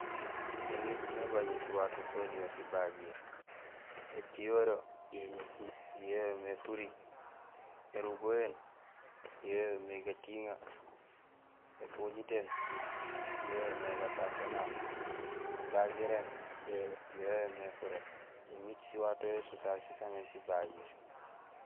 Ēmiit nébajé siwato soniyee sibagir étiyoree yo yoomé furi, érubahéén yo yoomé gatiŋee, éfojitéén yo yoomé gafaak énaaf, ébagiréén yo yoomé furé. Émiit siwato yo so soomé sibagiir.